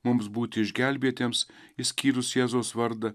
mums būti išgelbėtiems išskyrus jėzaus vardą